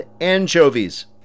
anchovies